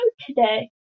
today